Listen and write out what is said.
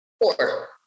Four